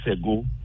ago